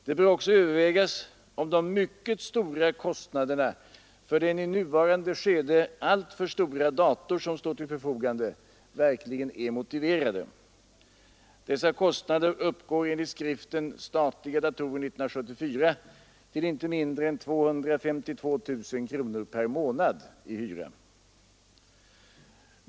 Det bör också övervägas om de mycket stora kostnaderna för den i nuvarande skede alltför stora dator som står till förfogande verkligen är motiverade. Dessa kostnader uppgår enligt skriften ”Statliga datorer 1974” till inte mindre än 252 000 kronor per månad i hyra.